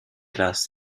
las